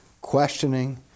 questioning